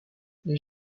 les